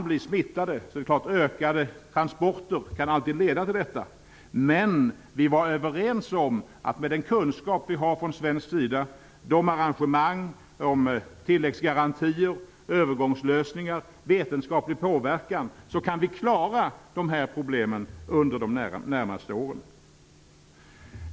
Det är klart att ökade transporter alltid kan leda till detta. Men vi var överens om att med den kunskap vi har från svensk sida, arrangemang med tilläggsgarantier, övergångslösningar och vetenskaplig påverkan, kan vi klara de här problemen under de närmaste åren.